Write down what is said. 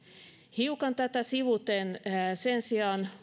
hiukan tätä sivuten muutos sen sijaan